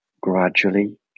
gradually